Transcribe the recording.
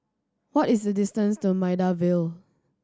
what is the distance to Maida Vale